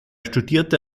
studierte